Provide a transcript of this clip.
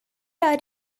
are